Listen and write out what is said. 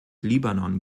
libanon